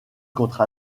contre